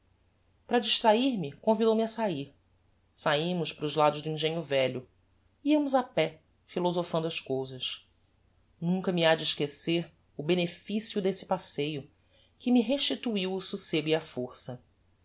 para distrair-me convidou-me a sair saimos para os lados do engenho velho iamos a pé philosophando as cousas nunca me hade esquecer o beneficio desse passeio que me restituiu o socego e a força